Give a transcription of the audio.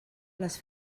les